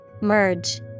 Merge